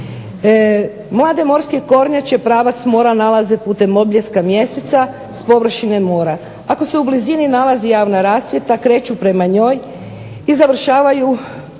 Mlade morske kornjače pravac mora nalaze putem odbljeska mjeseca s površine mora. Ako se u blizini nalazi javna rasvjeta kreću prema njom i završavaju